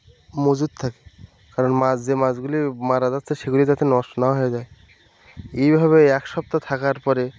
মজুত থাকে কারণ মাছ যে মাছগুলি মারা যাচ্ছে সেগুলি যাতে নষ্ট না হয়ে যায় এইভাবে এক সপ্তাহ থাকার পরে